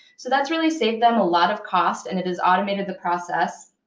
so that's really saved them a lot of cost, and it has automated the process.